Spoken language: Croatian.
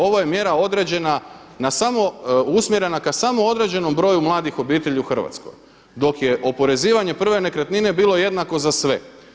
Ovo je mjera određena na samo, usmjerena ka samo određenom broju mladih obitelji u Hrvatskoj, dok je oporezivanje prve nekretnine bilo jednako za sve.